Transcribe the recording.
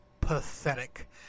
Pathetic